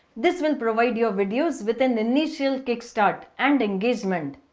this will provide your videos with an initial kickstart and engagement.